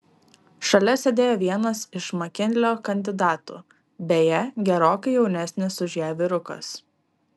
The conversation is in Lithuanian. šalia sėdėjo vienas iš makinlio kandidatų beje gerokai jaunesnis už ją vyrukas